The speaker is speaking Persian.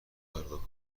پرداخت